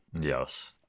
Yes